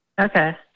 Okay